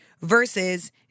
versus